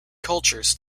cultures